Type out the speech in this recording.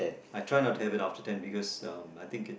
I try not to have it after ten because um I think it's